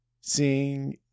seeing